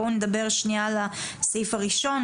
בואו נדבר שנייה על הסעיף הראשון,